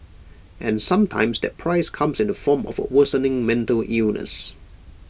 and sometimes that price comes in the form of A worsening mental illness